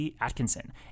Atkinson